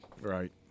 Right